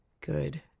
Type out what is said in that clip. good